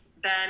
Ben